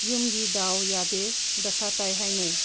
ꯌꯨꯝꯒꯤ ꯗꯥꯎ ꯌꯥꯗꯦ ꯗꯁꯥ ꯇꯥꯏ ꯍꯥꯏꯅꯩ